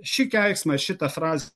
šį keiksmą šitą frazę